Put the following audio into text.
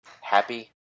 Happy